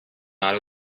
out